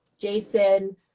Jason